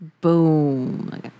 Boom